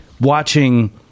watching